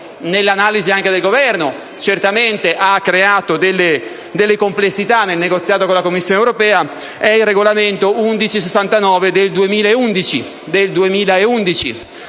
l'analisi del Governo, certamente ha creato delle complessità nel negoziato con la Commissione europea, è il n. 1169 del 2011